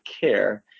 care